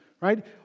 right